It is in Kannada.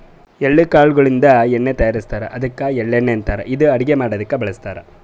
ಎಳ್ಳ ಕಾಳ್ ಗೋಳಿನ್ದ ಎಣ್ಣಿ ತಯಾರಿಸ್ತಾರ್ ಅದ್ಕ ಎಳ್ಳಣ್ಣಿ ಅಂತಾರ್ ಇದು ಅಡಗಿ ಮಾಡಕ್ಕ್ ಬಳಸ್ತಾರ್